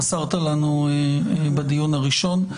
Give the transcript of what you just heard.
חסרת לנו בדיון הראשון.